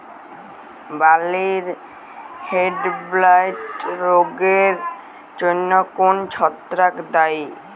বার্লির হেডব্লাইট রোগের জন্য কোন ছত্রাক দায়ী?